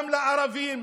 גם לערבים,